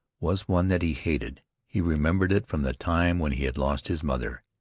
was one that he hated he remembered it from the time when he had lost his mother.